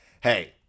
hey